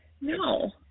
No